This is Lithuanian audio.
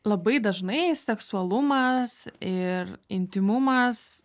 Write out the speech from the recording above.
labai dažnai seksualumas ir intymumas